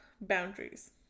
boundaries